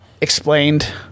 explained